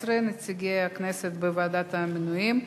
19) (נציגי הכנסת בוועדת המינויים),